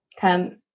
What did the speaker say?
come